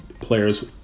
players